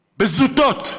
בזוטות,